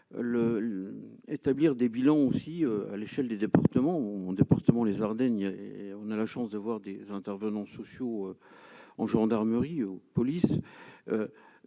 le établir des bilans aussi à l'échelle des départements d'appartements, les Ardennes et on a la chance de voir des intervenants sociaux en gendarmerie ou police